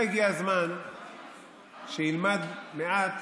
ילמד מעט